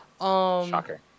Shocker